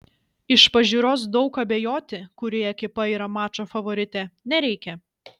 iš pažiūros daug abejoti kuri ekipa yra mačo favoritė nereikia